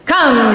Come